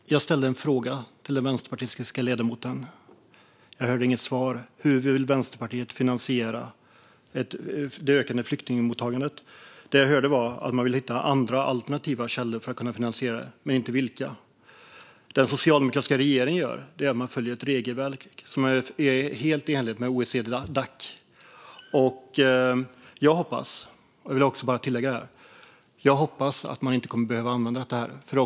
Fru talman! Jag ställde en fråga till den vänsterpartistiska ledamoten. Jag hörde inget svar. Hur vill Vänsterpartiet finansiera det ökande flyktingmottagandet? Jag hörde att man vill hitta alternativa källor för att kunna finansiera det, men inte vilka. Det som den socialdemokratiska regeringen gör är att följa ett regelverk som är helt i enlighet med OECD-Dac. Jag vill tillägga att jag hoppas att man inte kommer att behöva använda detta.